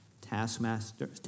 taskmaster